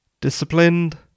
disciplined